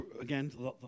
again